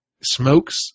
smokes